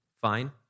Fine